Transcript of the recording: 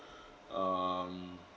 um